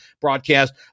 broadcast